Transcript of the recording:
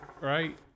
right